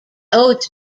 odes